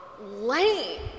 lame